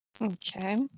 Okay